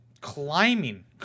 Climbing